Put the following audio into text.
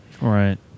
Right